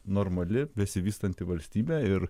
normali besivystanti valstybė ir